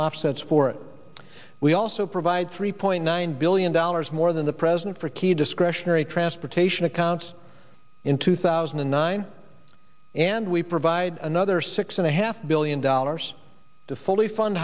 offsets for it we also provide three point nine billion dollars more than the president for key discretionary transportation accounts in two thousand and nine and we provide another six and a half billion dollars to fully fun